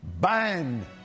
BIND